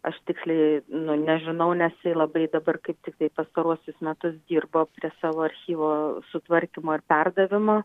aš tiksliai nu nežinau nes jisai labai dabar kaip tiktai pastaruosius metus dirbo prie savo archyvo sutvarkymo ir perdavimo